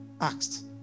asked